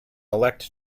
elect